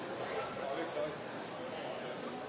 det har gått bra de